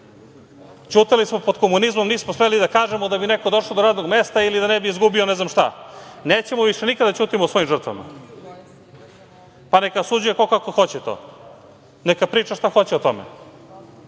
naroda. Ćutali smo pod komunizmom, nismo smeli da kažemo, da bi nekog došao do radnog mesta ili da ne bi izgubio ne znam šta. Nećemo više nikada da ćutimo o svojim žrtvama. Pa, neka osuđuje ko kako hoće to, neka priča šta hoće o tome. Neće